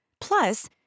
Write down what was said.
Plus